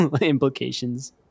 implications